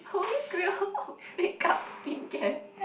holy grail of makeup skincare